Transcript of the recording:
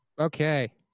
Okay